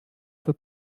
für